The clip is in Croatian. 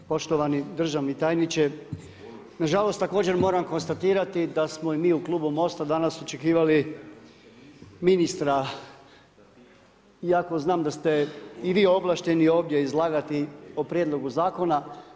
Poštovani državni tajniče, nažalost također moram konstatirati da smo i mi u klubu MOST-a danas očekivali ministra iako znam da ste i vi ovlašteni ovdje izlagati o prijedlogu zakona.